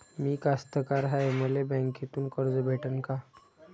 मी कास्तकार हाय, मले बँकेतून कर्ज भेटन का?